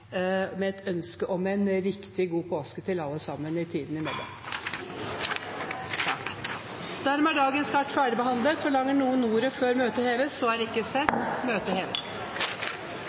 Riktig god påske til alle sammen! Dermed er sakene på dagens kart ferdigbehandlet. Forlanger noen ordet før møtet heves? Så synes ikke. – Møtet er hevet.